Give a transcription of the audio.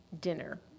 dinner